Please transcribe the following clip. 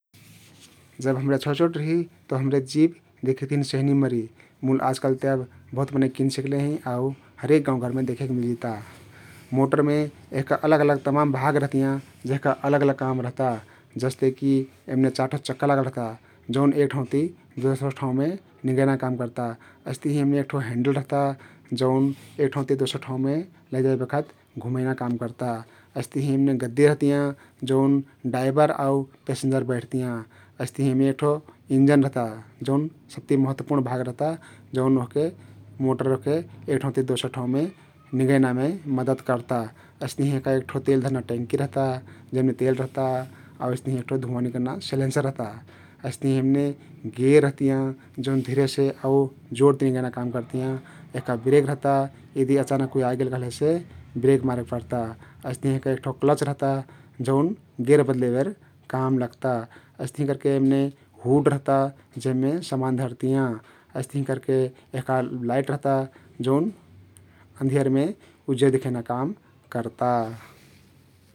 जब हम्रे छोट छोट रहि तउ हम्रे जिप देखेक तहिन सेहनी मरी मुल आजकाल ते अब बहुत मनै किन सकले हँइ आउ हरेक गउँ घरमे देखेक मिलजिता । मोटरमे यहका अलग अलग तमाम भाग रहतियाँ जेहका अलग अलग काम रहतियाँ । जस्तेकी यहमे चार ठो चक्का लागल रहता जउन एक ठाउँ ति दोसर ठाउँमे निंगैना काम कर्ता । अइस्तहिं यहमे एक ठो हेन्डल रहता जउन एक ठाउँ ति दोसर ठाउँमे लैजाई बखत घुमैना काम कर्ता । अइस्तहिं यमने गद्दी रहतियाँ जउन डाइबर आउ पेसेन्जर बैठतियाँ । यहमे एक ठो ईन्जन रहता हउन सबति महत्वपुर्ण भाग रहता जउन ओहके मोटर ओहके एक ठाउँ ति दोसरमे निंगैनामे मदत कर्ता । अइस्तहिं यहका एक ठो तेल धर्ना टँकी रहता जेमने तेल रहता आउ अइस्तहिं एक ठो धुवाँ निकर्ना सेलेन्सर रहता । अइस्तहिं यमने गेर रहतियाँ जउन धिरेसे आउ जोरती निंगैना काम करतियाँ । यहका ब्रेक रहता यदि अचानक कुइ आइगेल कहलेसे ब्रेक मारेक पर्ता । अइस्तहिं यहका एक ठो क्लच रहता जउन गेर बद्लेबेर काम लग्ता । अइस्तहिं करके यमने हुड रहता जेहमे सामान धरतियाँ । अइस्तहिं करके यहका लाइट रहता जउन आँधियरमे उजियर दिखैना काम कर्ता ।